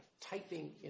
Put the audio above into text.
typing